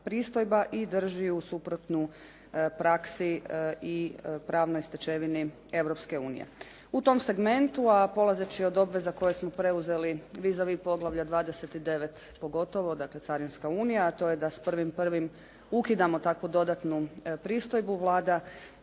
pristojba i drži ju suprotnu praksi i pravnoj stečevini Europske unije. U tom segmentu, a polazeći od obveza koje smo preuzeli vis a vis poglavlja 29 pogotovo, dakle carinska unija, a to je da s 1.1. ukidamo takvu dodatnu pristojbu, Vlada